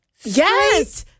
Yes